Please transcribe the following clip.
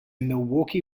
milwaukee